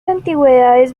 antigüedades